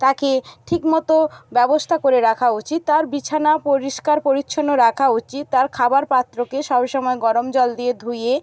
তাকে ঠিকমতো ব্যবস্তা করে রাখা উচিত তার বিছানা পরিষ্কার পরিচ্ছন্ন রাখা উচিত তার খাবার পাত্রকে সবসময় গরম জল দিয়ে ধুয়ে